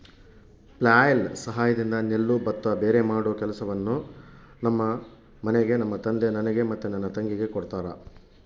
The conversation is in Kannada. ಫ್ಲ್ಯಾಯ್ಲ್ ಸಹಾಯದಿಂದ ನೆಲ್ಲು ಭತ್ತ ಭೇರೆಮಾಡೊ ಕೆಲಸವನ್ನ ನಮ್ಮ ಮನೆಗ ನಮ್ಮ ತಂದೆ ನನಗೆ ಮತ್ತೆ ನನ್ನ ತಂಗಿಗೆ ಕೊಡ್ತಾರಾ